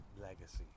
legacy